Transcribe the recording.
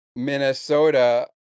Minnesota